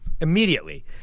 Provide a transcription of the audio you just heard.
immediately